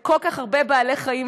וכל כך הרבה בעלי חיים,